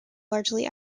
largely